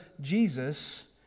Jesus